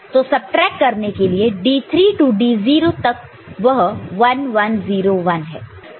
तो सबट्रैक्ट करने के लिए D3 D0 तक वह 1 1 0 1 है